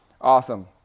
Awesome